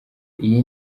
iyi